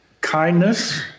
kindness